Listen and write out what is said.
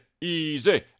easy